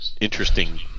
interesting